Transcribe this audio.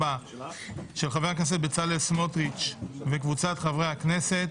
של חבר הכנסת בצלאל סמוטריץ' וקבוצת חברי הכנסת.